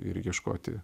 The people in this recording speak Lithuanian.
ir ieškoti